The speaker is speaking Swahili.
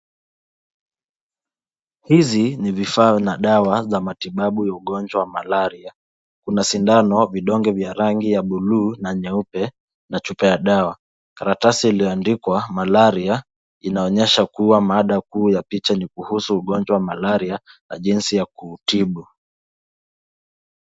Hizi ni vifaa na dawa za matibabu ya ugonjwa wa malaria kuna sindano, vidonge vya rangi ya bluu na nyeupe na chupa ya dawa karatasi iliyoandikwa malaria linaonyesha kuwa mada kuu ya picha ni kuhusu ugonjwa wa malaria na jinsi ya kuutibu.